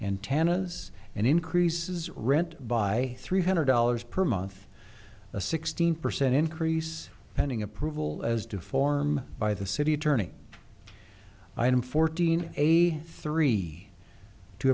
and tennis and increases rent by three hundred dollars per month a sixteen percent increase pending approval as to form by the city attorney item fourteen eighty three to